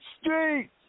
Streets